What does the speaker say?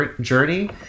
journey